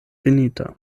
finita